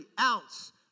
ounce